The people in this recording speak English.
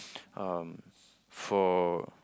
um for